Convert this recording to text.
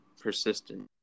persistent